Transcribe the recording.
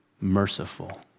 merciful